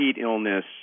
illness